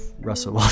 Russell